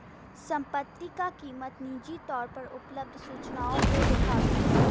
संपत्ति क कीमत निजी तौर पर उपलब्ध सब सूचनाओं के देखावला